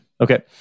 okay